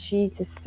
Jesus